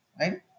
right